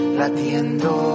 latiendo